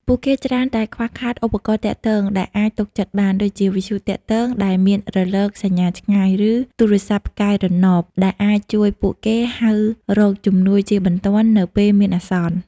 ពួកគេច្រើនតែខ្វះខាត ឧបករណ៍ទាក់ទង ដែលអាចទុកចិត្តបាន ដូចជាវិទ្យុទាក់ទងដែលមានរលកសញ្ញាឆ្ងាយ ឬទូរស័ព្ទផ្កាយរណប ដែលអាចជួយពួកគេហៅរកជំនួយជាបន្ទាន់នៅពេលមានអាសន្ន។